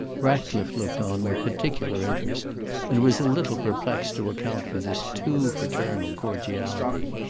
ratcliffe looked on with particular interest and was a little perplexed to account for this too fraternal cordiality.